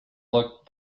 look